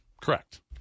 Correct